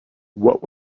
what